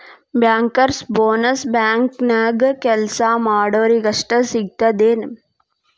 Bankers bonus ಬ್ಯಾಂಕ್ನ್ಯಾಗ್ ಕೆಲ್ಸಾ ಮಾಡೊರಿಗಷ್ಟ ಸಿಗ್ತದೇನ್?